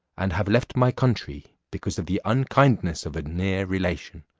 and have left my country, because of the unkindness of a near relation,